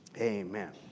amen